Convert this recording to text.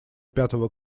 пятого